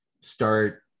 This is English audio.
start